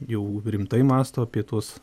jau rimtai mąsto apie tuos